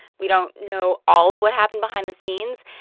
we don't know all of what happened behind the scenes.